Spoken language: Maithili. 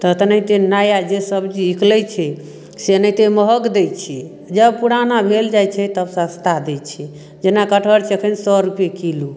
तऽ तेनाहिते नया जे सब्जी निकलै छै से एनाहिते महग दै छै जब पुराना भेल जाइ छै तब सस्ता दै छै जेना कटहर छै एखैन सए रूपैये किलो